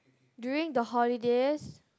during the holidays